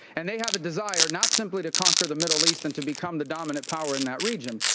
and they have a desire not simply to conquer the middle east and to become the dominant power in that region,